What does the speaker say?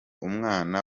umwana